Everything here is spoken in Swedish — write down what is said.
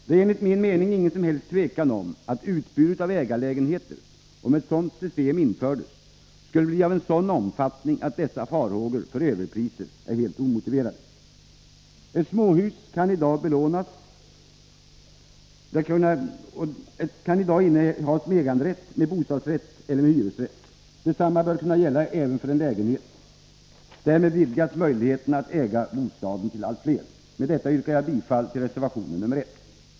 Det är enligt min mening inget som helst tvivel om att utbudet av ägarlägenheter — om ett sådant system infördes — skulle bli av en sådan omfattning att dessa farhågor för överpriser är helt omotiverade. Ett småhus kan i dag innehas med äganderätt, med bostadsrätt eller med hyresrätt. Detsamma bör kunna gälla även för en lägenhet. Därmed vidgas möjligheten att äga sin bostad till att omfatta allt fler. Med detta yrkar jag bifall till reservation 1.